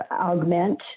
augment